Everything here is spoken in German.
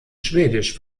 schwedisch